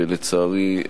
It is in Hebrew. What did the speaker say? ולצערי,